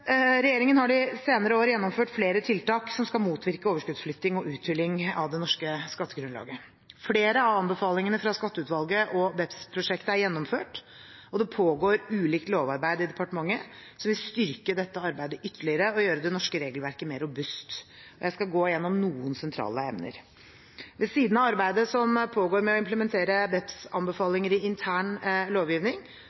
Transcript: Regjeringen har de senere år gjennomført flere tiltak som skal motvirke overskuddsflytting og uthuling av det norske skattegrunnlaget. Flere av anbefalingene fra skatteutvalget og BEPS- prosjektet er gjennomført, og det pågår ulikt lovarbeid i departementet som vil styrke dette arbeidet ytterligere og gjøre det norske regelverket mer robust. Jeg skal gå gjennom noen sentrale emner: Ved siden av arbeidet som pågår med å implementere